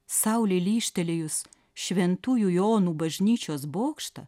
saulei lyžtelėjus šventųjų jonų bažnyčios bokštą